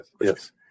Yes